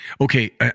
Okay